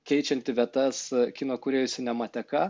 keičianti vietas kino kūrėjų sinemateka